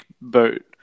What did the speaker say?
boat